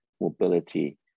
mobility